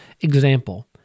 Example